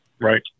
Right